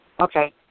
Okay